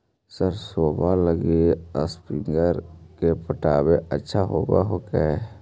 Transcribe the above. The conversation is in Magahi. सरसोबा लगी स्प्रिंगर पटाय अच्छा होबै हकैय?